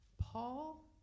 Paul